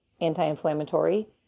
anti-inflammatory